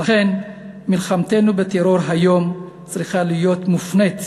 לכן מלחמתנו בטרור היום צריכה להיות מופנית